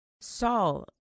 Saul